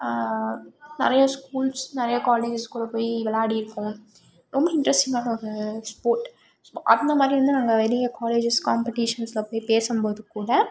நிறையா ஸ்கூல்ஸ் நிறையா காலேஜஸ் கூட போய் விளாடிருக்கோம் ரொம்ப இன்ட்ரஸ்டிங்கான ஒரு ஒரு ஸ்போர்ட் அந்த மாதிரி வந்து நாங்கள் வெளிய காலேஜஸ் காம்பட்டிஷன்ஸில் போய் பேசும்போது கூட